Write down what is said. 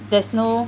there's no